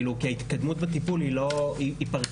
כי ההתקדמות בטיפול היא פרטנית,